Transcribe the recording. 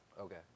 okay